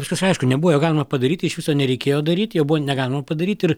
viskas aišku nebuvo jo galima padaryti iš viso nereikėjo daryt jo buvo negalima padaryt ir